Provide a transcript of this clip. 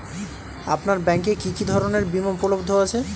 আপনার ব্যাঙ্ক এ কি কি ধরনের বিমা উপলব্ধ আছে?